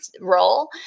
role